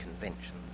conventions